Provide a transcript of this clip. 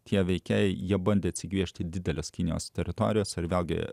tie veikėjai jie bandė atsigręžti didelės kinijos teritorijos ar vėlgi